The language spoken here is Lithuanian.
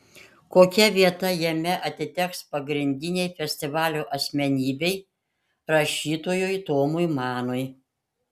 kokia vieta jame atiteks pagrindinei festivalio asmenybei rašytojui tomui manui